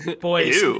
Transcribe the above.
boys